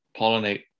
pollinate